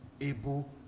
able